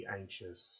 anxious